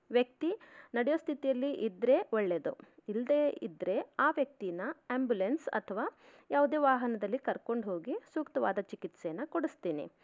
ವ್ಯಕ್ತಿ ನಡೆಯೋ ಸ್ಥಿತಿಯಲ್ಲಿ ಇದ್ರೆ ಒಳ್ಳೆಯದು ಇಲ್ಲದೇ ಇದ್ರೆ ಆ ವ್ಯಕ್ತಿನ ಆ್ಯಂಬುಲೆನ್ಸ್ ಅಥ್ವ ಯಾವುದೇ ವಾಹನದಲ್ಲಿ ಕರ್ಕೊಂಡು ಹೋಗಿ ಸೂಕ್ತವಾದ ಚಿಕಿತ್ಸೆಯನ್ನು ಕೊಡಿಸ್ತೀನಿ